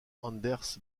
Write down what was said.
anders